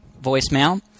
voicemail